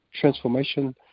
transformation